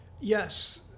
Yes